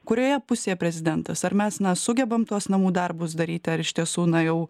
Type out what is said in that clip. kurioje pusėje prezidentas ar mes na sugebam tuos namų darbus daryti ar iš tiesų na jau